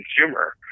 consumer